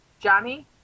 Johnny